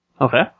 Okay